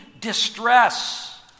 distress